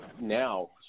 now